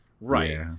Right